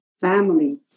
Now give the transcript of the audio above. family